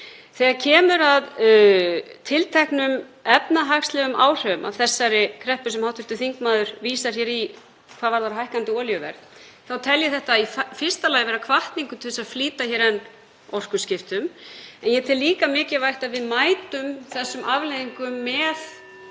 Þegar kemur að tilteknum efnahagslegum áhrifum af þessari kreppu sem hv. þingmaður vísar hér í hvað varðar hækkandi olíuverð þá tel ég þetta í fyrsta lagi vera hvatningu til að flýta hér enn orkuskiptum en ég tel líka mikilvægt að við mætum þessum afleiðingum